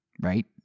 right